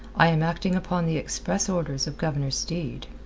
i am acting upon the express orders of governor steed.